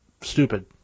stupid